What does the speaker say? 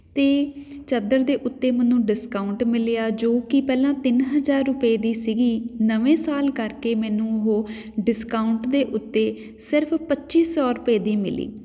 ਅਤੇ ਚਾਦਰ ਦੇ ਉੱਤੇ ਮੈਨੂੰ ਡਿਸਕਾਊਂਟ ਮਿਲਿਆ ਜੋ ਕਿ ਪਹਿਲਾਂ ਤਿੰਨ ਹਜ਼ਾਰ ਰੁਪਏ ਦੀ ਸੀਗੀ ਨਵੇਂ ਸਾਲ ਕਰਕੇ ਮੈਨੂੰ ਉਹ ਡਿਸਕਾਊਂਟ ਦੇ ਉੱਤੇ ਸਿਰਫ਼ ਪੱਚੀ ਸੌ ਰੁਪਏ ਦੀ ਮਿਲੀ